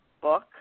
book